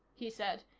he said.